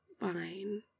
fine